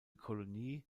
kolonie